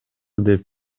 деп